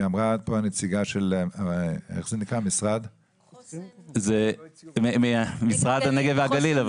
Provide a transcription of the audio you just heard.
אמרה פה הנציגה של משרד הנגב והגליל.